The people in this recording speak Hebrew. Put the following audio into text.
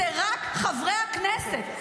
הם רק חברי הכנסת.